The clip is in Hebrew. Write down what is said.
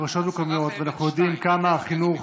של הרשויות המקומיות, ואנחנו יודעים כמה החינוך